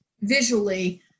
visually